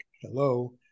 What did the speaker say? Hello